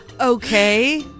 Okay